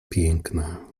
piękna